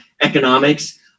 economics